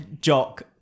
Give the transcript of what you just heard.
jock